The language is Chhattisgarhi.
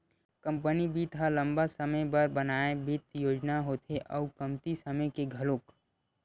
कंपनी बित्त ह लंबा समे बर बनाए बित्त योजना होथे अउ कमती समे के घलोक